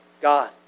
God